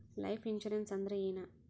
Life insurance ಅಂದ್ರ ಏನ?